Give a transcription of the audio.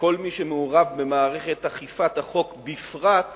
וכל מי שמעורב במערכת אכיפת החוק בפרט תוחמר,